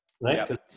Right